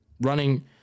running